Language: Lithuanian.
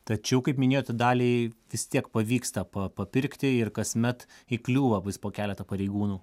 tačiau kaip minėta daliai vis tiek pavyksta pa papirkti ir kasmet įkliūva po keletą pareigūnų